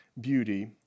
beauty